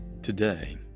Today